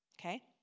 Okay